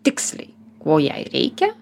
tiksliai ko jai reikia